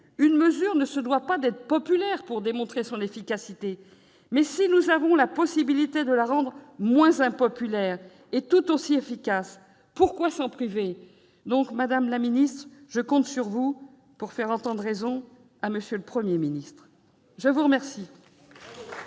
une mesure ne se doit pas d'être populaire pour démontrer son efficacité. Mais si nous avons la possibilité de la rendre moins impopulaire sans la rendre inefficace, pourquoi nous en priver ? Madame la ministre, je compte sur vous pour faire entendre raison à M. le Premier ministre. La parole